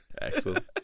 Excellent